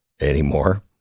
anymore